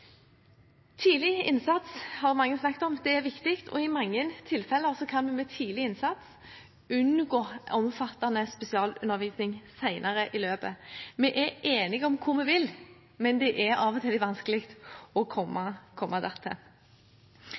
Tidlig innsats har mange snakket om. Det er viktig. I mange tilfeller kan vi med tidlig innsats unngå omfattende spesialundervisning senere i løpet. Vi er enige om hvor vi vil, men det er av og til litt vanskelig å komme